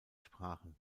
sprachen